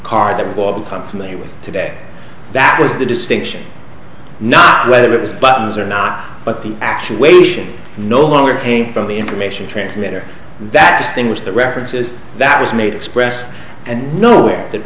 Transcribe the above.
car that wall become familiar with today that was the distinction not whether it was buttons or not but the actuation no longer came from the information transmitter that distinguish the references that was made expressed and nowhere that